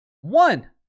One